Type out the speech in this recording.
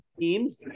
teams